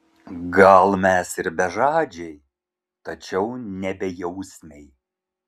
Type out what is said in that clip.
gal mes ir bežadžiai tačiau ne bejausmiai